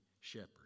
shepherd